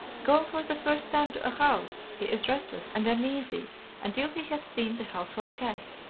going for the first time to a house, he is restless and uneasy until he has seen the household cat.